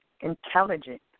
intelligent